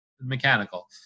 mechanical